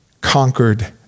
conquered